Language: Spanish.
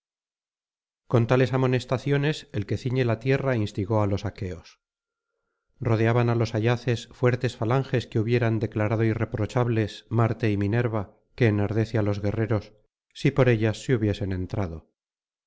tales amonestaciones el que ciñe la tierra instigó á los aqueos rodeaban á los ayaces fuertes falanges que hubieran declarado irreprochables marte y minerva que enardece á los guerreros si por ellas se hubiesen entrado